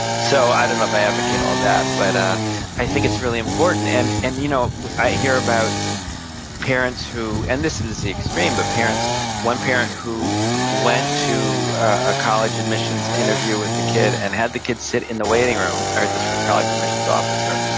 so i don't know if i advocate all that, but i think it's really important and and you know i hear about parents who, and this is the extreme, but one parent who went to a college admissions interview with the kid and had the kid sit in the waiting room, i heard this from a college admissions officer,